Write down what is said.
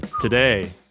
Today